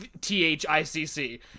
t-h-i-c-c